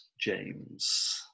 James